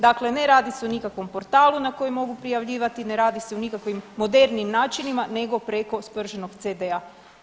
Dakle, ne radi se o nikakvom portalu na koji mogu prijavljivati, ne radi se o nikakvim modernijim načinima nego preko sprženog CD-a.